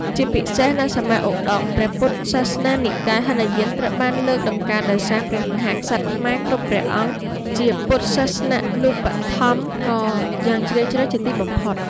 ជាពិសេស នៅសម័យឧត្តុង្គ ព្រះពុទ្ធសាសនានិកាយហីនយានត្រូវបានលើកតម្កើង ដោយសារ ព្រះមហាក្សត្រខ្មែរគ្រប់ព្រះអង្គជា ពុទ្ធសាសនូបត្ថម្ភក៏យ៉ាងជ្រាលជ្រៅជាទីបំផុត។